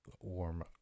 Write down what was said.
warm